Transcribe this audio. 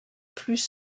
plus